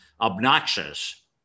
obnoxious